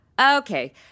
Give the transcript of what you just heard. Okay